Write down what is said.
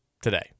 today